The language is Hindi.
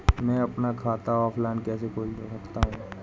मैं अपना खाता ऑफलाइन कैसे खोल सकता हूँ?